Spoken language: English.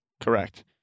Correct